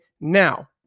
Now